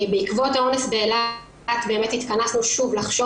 בעקבות האונס באילת באמת התכנסנו שוב כדי לחשוב